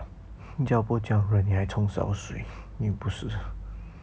新加坡这样热你还冲烧水你也不是